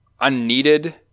unneeded